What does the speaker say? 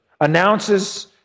announces